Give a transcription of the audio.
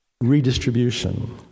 redistribution